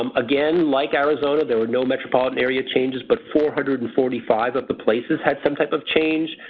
um again like arizona there were no metropolitan area changes but four hundred and forty five of the places had some type of change,